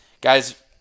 Guys